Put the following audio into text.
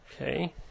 Okay